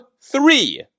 three